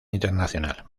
internacional